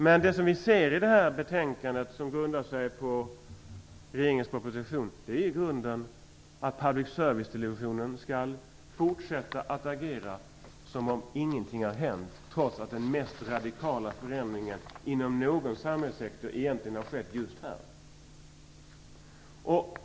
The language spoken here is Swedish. Men det som vi ser i det här betänkandet, som grundar sig på regeringens proposition, är att public service-televisionen skall fortsätta att agera som om ingenting har hänt, trots att den mest radikala förändringen inom någon samhällssektor egentligen har skett just här.